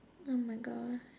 oh my gosh